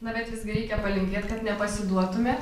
na bet visgi reikia palinkėt kad nepasiduotume